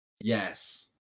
Yes